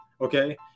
okay